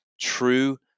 true